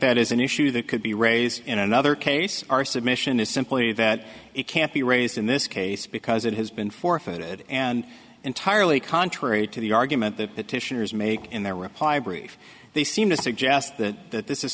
that is an issue that could be raised in another case our submission is simply that it can't be raised in this case because it has been forfeited and entirely contrary to the argument that petitioners make in their reply brief they seem to suggest that th